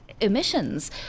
emissions